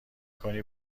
کنی